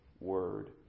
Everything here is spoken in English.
word